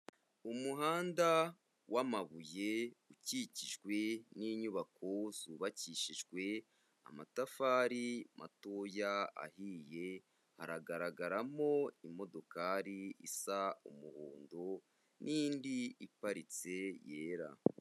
Umuhanda w'amabuye ukikijwe n'inyubako zubakishijwe amatafari matoya ahiye, haragaragaramo imodokari isa umuhondo n'indi iparitse yera.